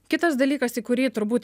kitas dalykas į kurį turbūt